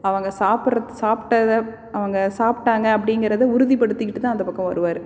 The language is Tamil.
அவங்க சாப்பிட்ற சாப்பிட்டத அவங்க சாப்பிட்டாங்க அப்படிங்கிறத உறுதிப்படுத்திக்கிட்டுதான் அந்த பக்கம் வருவார்